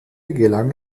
gelang